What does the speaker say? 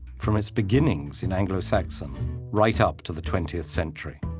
from its beginnings in anglo-saxon right up to the twentieth century.